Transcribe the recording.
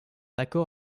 accord